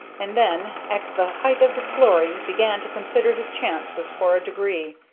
and then, at the height of his glory, began to consider his chances for a degree.